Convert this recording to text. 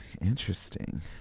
interesting